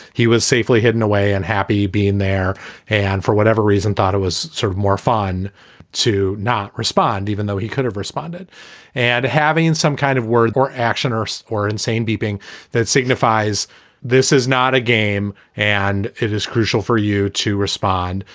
he was safely hidden away and happy being there and for whatever reason, thought it was sort of more fun to not respond, even though he could have responded and having some kind of word or action or so score and saying beeping that signifies this is not a game. and it is crucial for you to respond,